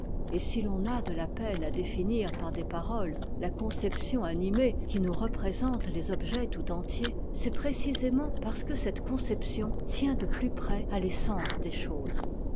et si l'on a de la peine à définir par des paroles la conception animée qui nous représente les objets tout entiers c'est précisément parce que cette conception tient de plus près à l'essence des choses